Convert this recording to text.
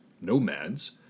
nomads